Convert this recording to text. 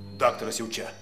daktaras jau čia